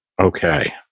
Okay